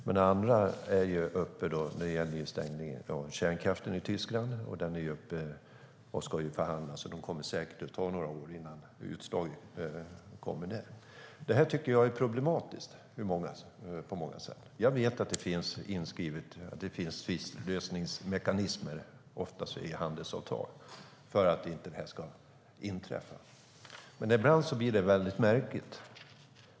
Det andra fallet gäller stängningen av kärnkraften i Tyskland. Det ska förhandlas, och det kommer säkert att ta några år innan utslaget kommer. Jag tycker att detta är problematiskt på många sätt. Jag vet att det oftast finns lösningsmekanismer inskrivna i handelsavtal för att detta inte ska inträffa. Men ibland blir det märkligt.